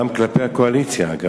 גם כלפי הקואליציה, אגב.